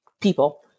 people